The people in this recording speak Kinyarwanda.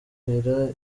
hera